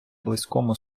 близькому